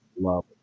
love